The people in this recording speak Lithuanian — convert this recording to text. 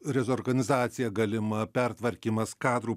rezorganizacija galima pertvarkymas kadrų